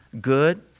good